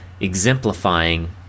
exemplifying